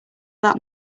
that